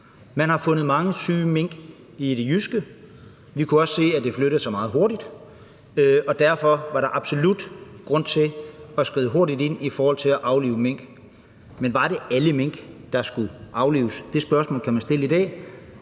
Man har fundet mange syge mink i det jyske. Vi kunne også se, at det flyttede sig meget hurtigt. Derfor var der absolut grund til at skride hurtigt ind i forhold til at aflive mink. Men var det alle mink, der skulle aflives? Det spørgsmål kan man stille i dag,